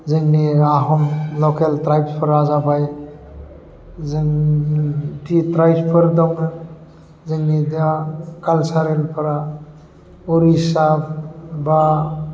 जोंनि आहम लकेल ट्राइब्सफोरा जाबाय जों टि ट्राइब्सफोर दङ जोंनि दा कालसारेलफ्रा उरिसा बा